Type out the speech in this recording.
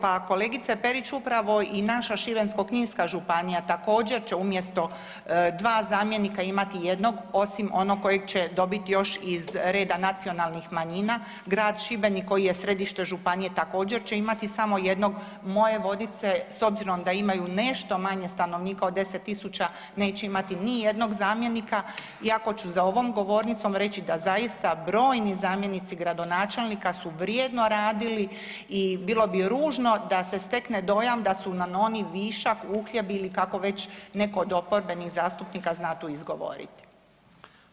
Pa kolegice Perić, upravo i naša Šibensko-kninska županija, također će umjesto 2 zamjenika imati 1, osim onog kojeg će dobiti još iz reda nacionalnih manjina, grad Šibenik koji je središte županije također, će imati samo jednog, moje Vodice, s obzirom da imaju nešto manje stanovnika od 10 tisuća, neće imati nijednog zamjenika, iako ću za ovom govornicom reći da zaista brojni zamjenici gradonačelnika su vrijedno radili i bilo bi ružno da se stekne dojam da su nam oni višak, uhljebi ili kako već netko od oporbenih zastupnika zna tu izgovoriti.